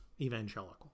Evangelical